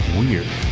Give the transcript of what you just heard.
weird